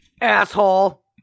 Asshole